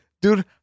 Dude